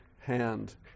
hand